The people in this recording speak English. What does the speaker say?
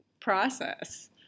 process